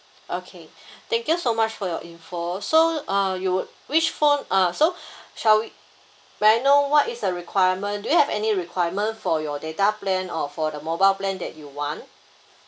okay thank you so much for your info so uh you would which phone uh so shall we may I know what is the requirement do you have any requirement for your data plan or for the mobile plan that you want